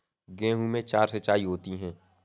गेहूं में चार सिचाई होती हैं